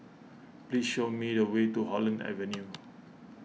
please show me the way to Holland Avenue